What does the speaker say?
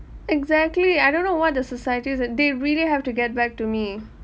exactly I don't know what the societies and they really have to get back to me